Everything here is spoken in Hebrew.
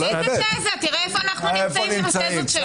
סתימת פיות.